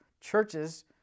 churches